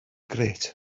grêt